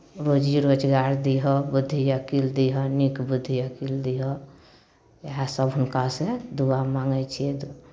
रोजी रोजगार दिहऽ बुद्धि अकिल दिहऽ नीक बुद्धि अकिल दिहऽ इएहसभ हुनकासँ दुआ माङ्गै छियै दु